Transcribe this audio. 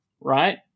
right